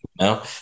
No